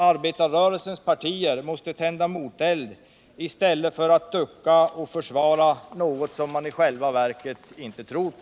Arbetarrörelsens partier måste gå till offensiv i stället för att ducka och försvara någonting som man i själva verket inte tror på.